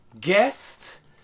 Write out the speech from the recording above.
guest